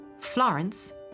Florence